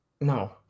No